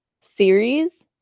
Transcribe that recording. series